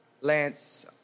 Lance